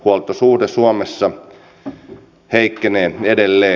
huoltosuhde suomessa heikkenee edelleen